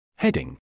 Heading